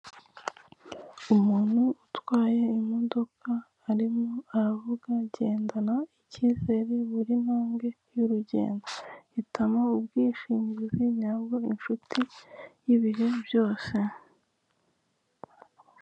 Umuntu utwaye imodoka arimo aravuga, agendana icyizere buri ntambwe y'urugendo, hitamo ubwishingizi nyabwo inshuti y'ibihe byose.